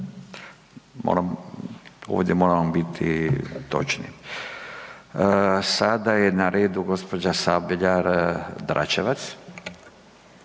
Ovdje moramo biti točni. Sada je na redu gđa. Sabljar Dračevac.